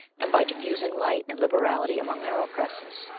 and by diffusing light and liberality among their oppressors,